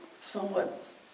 somewhat